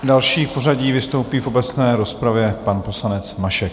Další v pořadí vystoupí v obecné rozpravě pan poslanec Mašek.